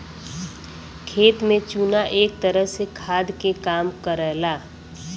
खेत में चुना एक तरह से खाद के काम करला